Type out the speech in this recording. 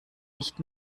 nicht